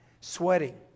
sweating